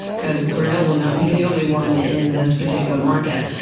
because grail will not be the only one in this particular market.